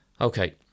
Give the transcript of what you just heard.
Okay